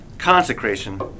Consecration